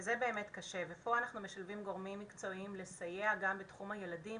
וזה באמת קשה ופה אנחנו משלבים גורמים מקצועיים לסייע גם בתחום הילדים,